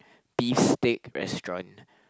beef steak restaurant